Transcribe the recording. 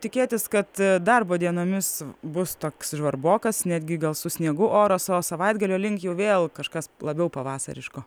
tikėtis kad darbo dienomis bus toks žvarbokas netgi gal su sniegu oras o savaitgalio link jau vėl kažkas labiau pavasariško